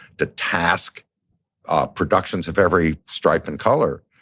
the task productions of every stripe and color.